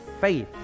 faith